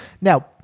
Now